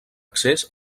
accés